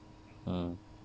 mm